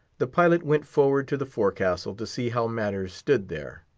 the pilot went forward to the forecastle, to see how matters stood there.